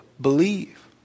believe